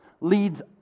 leads